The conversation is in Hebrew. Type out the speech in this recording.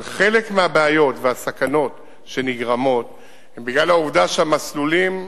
אבל חלק מהבעיות והסכנות שנגרמות זה בגלל העובדה שהמסלולים,